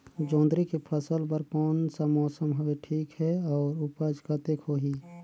जोंदरी के फसल बर कोन सा मौसम हवे ठीक हे अउर ऊपज कतेक होही?